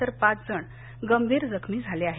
तर पाच जण गंभीर जखमी झाले अज्ञात